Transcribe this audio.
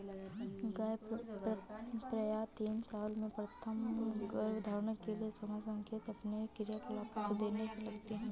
गाय प्रायः तीन साल में प्रथम गर्भधारण के समय का संकेत अपने क्रियाकलापों से देने लगती हैं